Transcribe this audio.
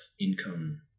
income